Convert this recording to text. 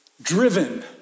driven